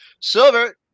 Silver